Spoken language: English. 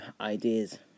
ideas